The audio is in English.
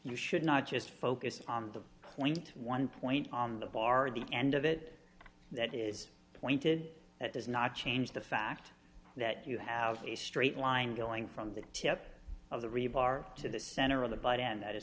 you should not just focus on the points one point on the bar the end of it that is pointed at does not change the fact that you have a straight line going from the tip of the rebar to the center of the butt end that